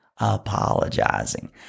apologizing